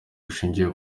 bushingiye